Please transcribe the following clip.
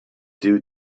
due